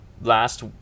last